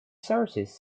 sources